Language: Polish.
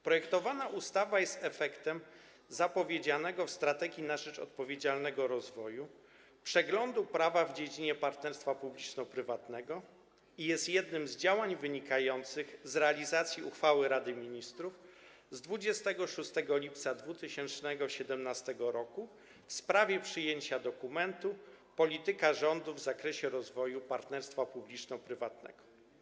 Projektowana ustawa jest efektem zapowiedzianego w „Strategii na rzecz odpowiedzialnego rozwoju” przeglądu prawa w dziedzinie partnerstwa publiczno-prywatnego i jest jednym z działań wynikających z realizacji uchwały Rady Ministrów z dnia 26 lipca 2017 r. w sprawie przyjęcia dokumentu „Polityka rządu w zakresie rozwoju partnerstwa publiczno-prywatnego”